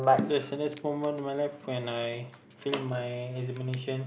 there's a this moment of my life when I failed my examination